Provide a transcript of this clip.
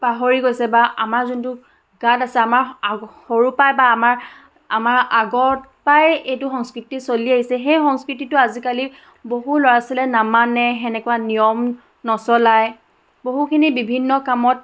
পাহৰি গৈছে বা আমাৰ যোনটো গাত আছে আমাৰ সৰুৰ পাই বা আমাৰ আমাৰ আগৰ পৰাই এইটো সংস্কৃতি চলি আহিছে সেই সংস্কৃতিটো আজিকালি বহু ল'ৰা ছোৱালীয়ে নামানে সেনেকুৱা নিয়ম নচলায় বহুখিনি বিভিন্ন কামত